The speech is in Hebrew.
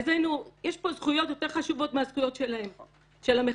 יש פה זכויות יותר חשובות מהזכויות של המחבלים.